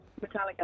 Metallica